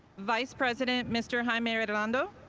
vice president, mr. jaime redondo,